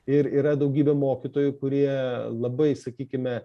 ir yra daugybė mokytojų kurie labai sakykime